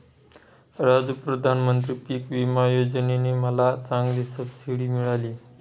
राजू प्रधानमंत्री पिक विमा योजने ने मला चांगली सबसिडी मिळाली